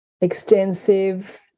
extensive